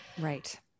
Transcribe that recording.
right